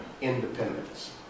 independence